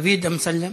דוד אמסלם,